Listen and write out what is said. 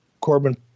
Corbin